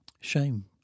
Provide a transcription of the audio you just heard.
Shame